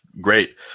Great